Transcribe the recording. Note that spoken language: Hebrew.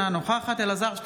אינה נוכחת אלעזר שטרן,